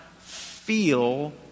feel